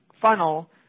funnel